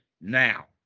now